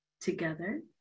together